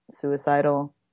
suicidal